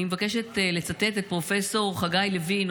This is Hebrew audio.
אני מבקשת לצטט את פרופ' חגי לוין,